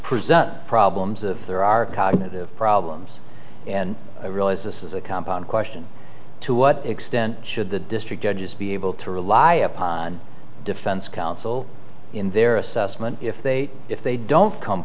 present problems of there are cognitive problems and i realize this is a compound question to what extent should the district judges be able to rely upon defense counsel in their assessment if they if they don't come